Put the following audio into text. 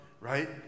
right